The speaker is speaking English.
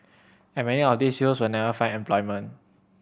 and many of these youth will never find employment